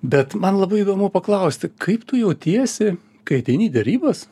bet man labai įdomu paklausti kaip tu jautiesi kai ateini į derybas